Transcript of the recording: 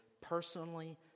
personally